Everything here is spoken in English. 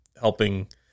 helping